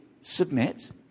submit